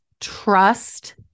trust